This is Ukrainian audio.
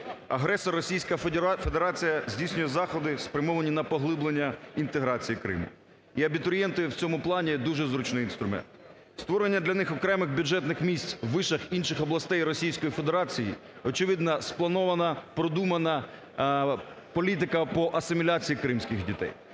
агресор Російська Федерація здійснює заходи, спрямовані на поглиблення інтеграції Криму. І абітурієнти в цьому плані дуже зручний інструмент. Створення для них окремих бюджетних місць в вишах інших областей Російської Федерації, очевидно, спланована, продумана політика по асиміляції кримських дітей.